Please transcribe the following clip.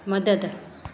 मदद